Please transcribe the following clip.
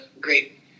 great